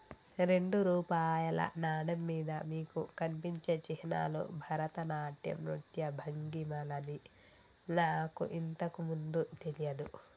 రెండు రూపాయల నాణెం మీద మీకు కనిపించే చిహ్నాలు భరతనాట్యం నృత్య భంగిమలని నాకు ఇంతకు ముందు తెలియదు